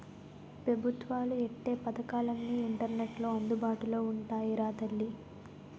పెబుత్వాలు ఎట్టే పదకాలన్నీ ఇంటర్నెట్లో అందుబాటులో ఉంటాయిరా తల్లీ